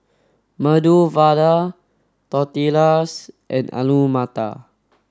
Medu Vada Tortillas and Alu Matar